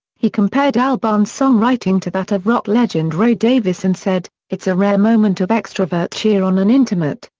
he compared albarn's song-writing to that of rock legend ray davies and said it's a rare moment of extrovert cheer on an intimate,